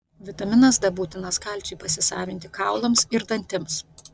vitaminas d būtinas kalciui pasisavinti kaulams ir dantims